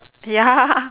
ya